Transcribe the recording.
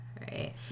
right